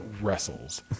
wrestles